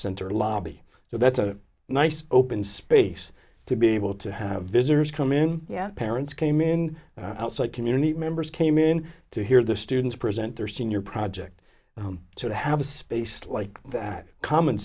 center lobby so that's a nice open space to be able to have visitors come in yeah parents came in outside community members came in to hear the students present their senior project to have a space like that common